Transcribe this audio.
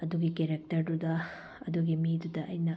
ꯑꯗꯨꯒꯤ ꯀꯦꯔꯦꯛꯇꯔꯗꯨꯗ ꯑꯗꯨꯒꯤ ꯃꯤꯗꯨꯗ ꯑꯩꯅ